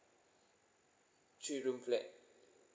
three room flat